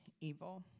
evil